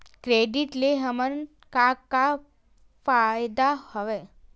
Credit ले हमन का का फ़ायदा हवय?